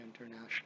International